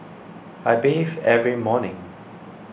I bathe every morning